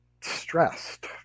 stressed